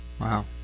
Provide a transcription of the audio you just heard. Wow